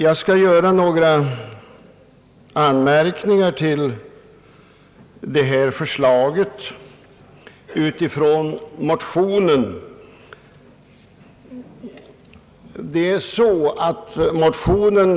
Jag skall göra några anmärkningar till detta förslag med utgångspunkt från motionen.